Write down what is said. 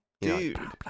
Dude